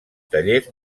tallers